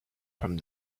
from